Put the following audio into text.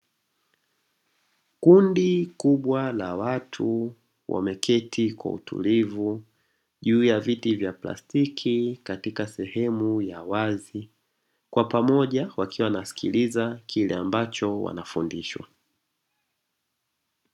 Kundi kubwa la watu wameketi kwa utulivu juu ya viti vya plastiki katika sehemu ya wazi, kwa pamoja wakiwa wanasikiliza kile ambacho wanafundishwa.